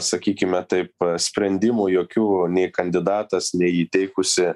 sakykime taip sprendimų jokių nei kandidatas nei įteikusi